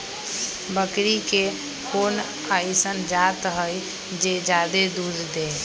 बकरी के कोन अइसन जात हई जे जादे दूध दे?